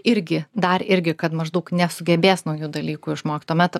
irgi dar irgi kad maždaug nesugebės naujų dalykų išmokt tuomet